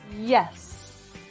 Yes